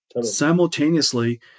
Simultaneously